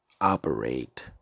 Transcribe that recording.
operate